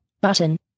Button